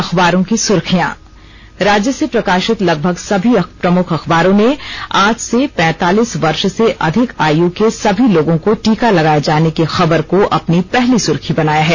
अखबारों की सुर्खियां राज्य से प्रकाशित लगभग सभी प्रमुख अखबारों ने आज से पैंतालीस वर्ष से अधिक आयु के सभी लोगों को टीका लगाए जाने की खबर को अपनी पहली सुर्खी बनाया है